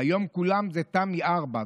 והיום כולם זה תמי 4,